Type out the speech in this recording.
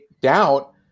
doubt